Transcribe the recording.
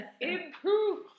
improve